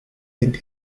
and